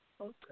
Okay